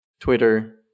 Twitter